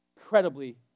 incredibly